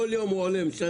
כל יום מוסיפים.